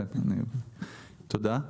תודה.